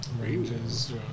ranges